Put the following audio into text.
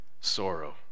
sorrow